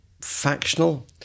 factional